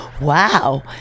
wow